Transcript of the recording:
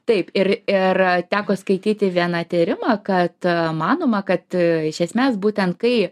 taip ir ir teko skaityti vieną tyrimą kad manoma kad iš esmės būtent kai